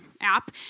app